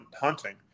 hunting